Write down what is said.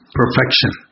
perfection